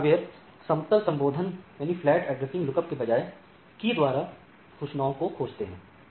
यह हार्डवेयर समतल संबोधन की बजाए कुंजी द्वारा सूचनाओं को खोजते हैं